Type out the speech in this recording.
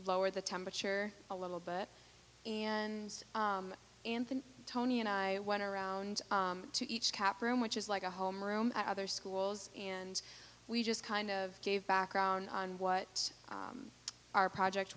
lower the temperature a little bit and tony and i went around to each cap room which is like a home room at other schools and we just kind of gave background on what our project